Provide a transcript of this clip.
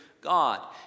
God